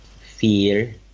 fear